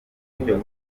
gushaka